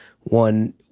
one